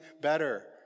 better